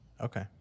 Okay